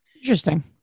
Interesting